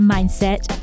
Mindset